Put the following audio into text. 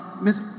Miss